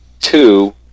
Two